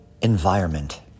environment